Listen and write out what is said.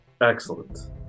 Excellent